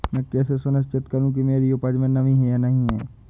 मैं कैसे सुनिश्चित करूँ कि मेरी उपज में नमी है या नहीं है?